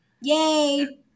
Yay